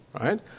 Right